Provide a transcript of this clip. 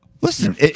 Listen